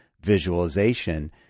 visualization